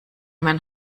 mein